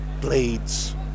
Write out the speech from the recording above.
Blades